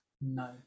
no